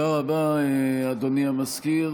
תודה רבה, אדוני המזכיר.